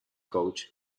coach